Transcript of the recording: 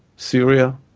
syria,